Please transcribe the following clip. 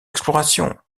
exploration